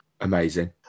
Amazing